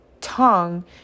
tongue